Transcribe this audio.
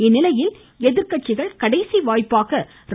இந்நிலையில் எதிர்க்கட்சிகள் கடைசி வாய்ப்பாக ர